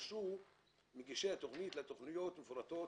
מספר 11 של הרשימה המשותפת לא נתקבלה.